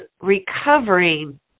recovering